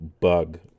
bug